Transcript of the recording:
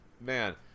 man